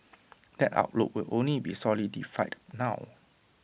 that outlook will only be solidified now